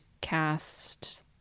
cast